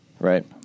Right